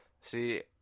See